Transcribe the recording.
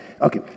Okay